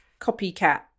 copycat